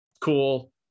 cool